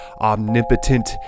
Omnipotent